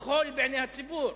חול בעיני הציבור?